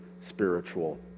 spiritual